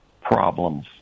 problems